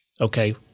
okay